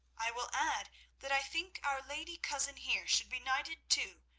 i will add that i think our lady cousin here should be knighted too,